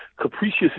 capricious